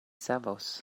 savos